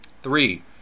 three